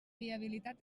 viabilitat